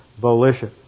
volition